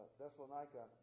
Thessalonica